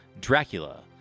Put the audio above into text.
Dracula